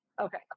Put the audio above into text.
Okay